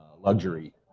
luxury